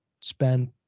spent